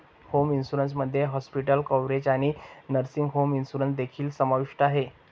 home insurance मध्ये hospital coverage आणि nursing home insurance देखील समाविष्ट आहे